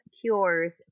Cures